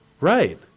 Right